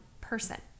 person